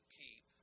keep